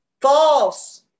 False